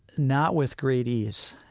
not with great ease,